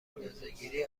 اندازهگیری